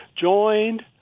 joined